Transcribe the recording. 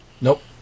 Nope